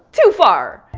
too far.